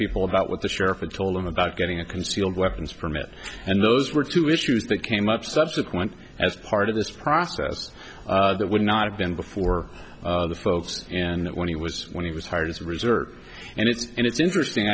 people about what the sheriff had told him about getting a concealed weapons permit and those were two issues that came up subsequent as part of this process that would not have been before the folks and that when he was when he was hired as reserve and it's and it's interesting